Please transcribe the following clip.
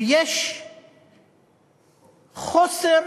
ויש חוסר